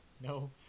No